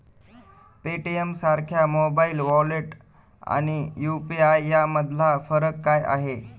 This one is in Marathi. पेटीएमसारख्या मोबाइल वॉलेट आणि यु.पी.आय यामधला फरक काय आहे?